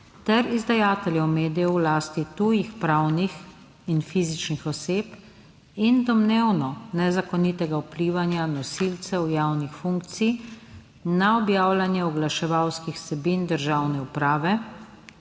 ter izdajateljev medijev v lasti tujih pravnih in fizičnih oseb in domnevno nezakonitega vplivanja nosilcev javnih funkcij na objavljanje oglaševalskih vsebin državne uprave,